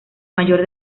mayor